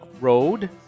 Road